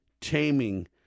taming